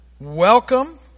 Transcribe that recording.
welcome